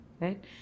Right